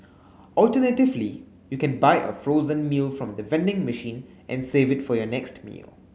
alternatively you can buy a frozen meal from the vending machine and save it for your next meal